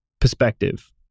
perspective